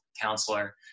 counselor